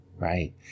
Right